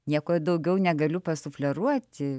nieko daugiau negaliu pasufleruoti